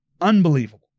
Unbelievable